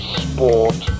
sport